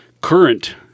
Current